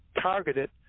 targeted